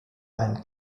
ein